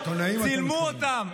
צילמו אותם.